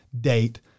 date